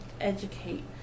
educate